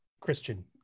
Christian